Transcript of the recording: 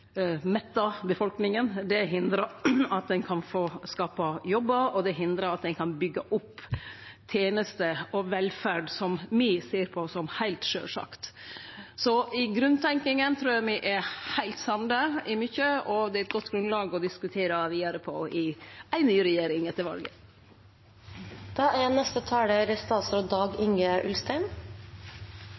metta befolkninga. Det hindrar at ein kan skape jobbar, og det hindrar at ein kan byggje opp tenester og velferd som me ser på som heilt sjølvsagde. I grunntenkinga trur eg me er heilt samde i mykje, og det er eit godt grunnlag å diskutere vidare på i ei ny regjering etter